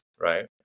right